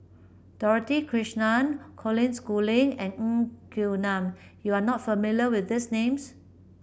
Dorothy Krishnan Colin Schooling and Ng Quee Lam you are not familiar with these names